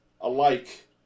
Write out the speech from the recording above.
alike